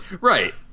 Right